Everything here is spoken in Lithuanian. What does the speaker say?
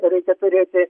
reikia turėti